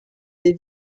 des